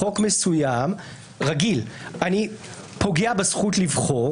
בחוק מסוים רגיל אני פוגע בזכות לבחור